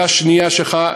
לשאלה השנייה שלך,